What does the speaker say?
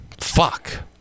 fuck